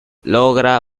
logra